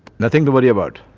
nothing to worry about.